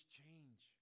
change